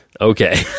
Okay